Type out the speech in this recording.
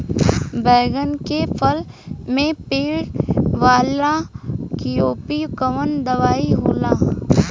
बैगन के फल में पड़े वाला कियेपे कवन दवाई होई?